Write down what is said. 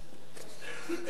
בבקשה.